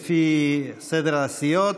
לפי סדר הסיעות.